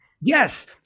Yes